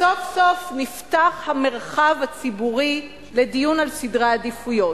אז סוף-סוף נפתח המרחב הציבורי לדיון על סדרי העדיפויות,